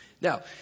Now